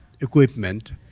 equipment